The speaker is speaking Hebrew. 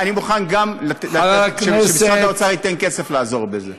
אני מוכן גם שמשרד האוצר ייתן כסף לעזור בזה.